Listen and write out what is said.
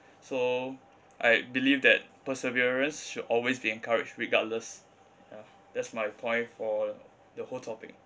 so I believe that perseverance should always be encouraged regardless ya that's my point for the whole topic